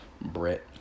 Brett